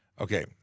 Okay